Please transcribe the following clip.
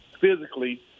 physically